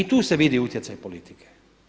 I tu se vidi utjecaj politike.